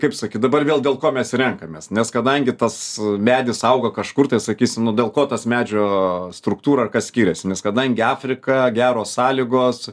kaip sakyt dabar vėl dėl ko mes renkamės nes kadangi tas medis auga kažkur tai sakysim nu dėl ko tas medžio struktūra kas skiriasi nes kadangi afrika geros sąlygos